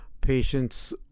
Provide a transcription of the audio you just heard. patients